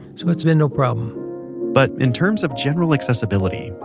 so it's been no problem but in terms of general accessibility,